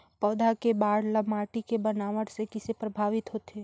पौधा के बाढ़ ल माटी के बनावट से किसे प्रभावित होथे?